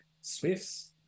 Swifts